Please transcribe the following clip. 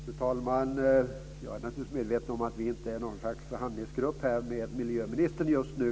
Fru talman! Jag är naturligtvis medveten om att vi inte är en förhandlingsgrupp med miljöministern just nu.